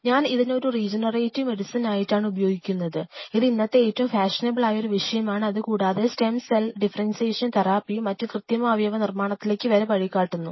ഞാൻ ഇതിനെയൊരു regenerative medicine ആയിട്ടാണ് ഉപയോഗിക്കുന്നത് ഇത് ഇന്നത്തെ ഏറ്റവും ഫാഷനബിൾ ആയ ഒരു വിഷയമാണ് അതുകൂടാതെ സ്റ്റെം സെൽ ഡിഫറെന്റിയേഷൻ തെറാപ്പിയും മറ്റും കൃത്രിമ അവയവ നിർമ്മാണത്തിലേക്ക് വരെ വഴികാട്ടുന്നു